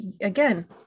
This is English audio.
again